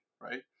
right